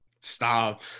Stop